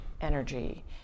energy